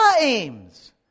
aims